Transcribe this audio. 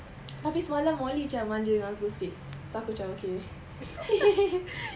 tapi semalam molly macam manja dengan aku sikit so aku macam okay